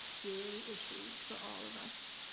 daily issues for all of us.